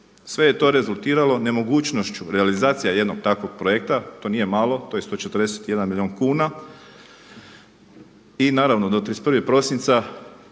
Sve je to rezultiralo nemogućnošću realizacija jednog takvog projekta, to nije malo, to je 141 milijun kuna i naravno do 31. prosinca